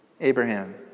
Abraham